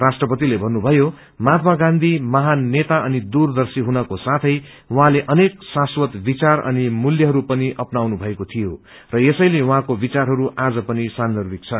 राष्ट्रपतिले भन्नुभयो महात्मा गांधी महान नेता अनि दूरदृष्आ हुनको साथै उहाँले अनेक शाश्वत विचार अनि मूल्यहरू पनि अपनाउनु भएको थियो र यसैले उहाँको विचारहरू आज पनि सान्ध्रविक छन्